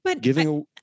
giving